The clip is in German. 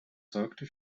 sorgte